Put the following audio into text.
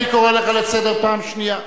אני קורא אותך לסדר פעם שנייה.